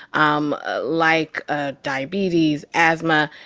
um like ah diabetes, asthma.